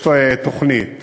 יש תוכנית